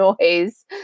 noise